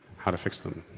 how to fix them.